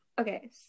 Okay